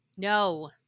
no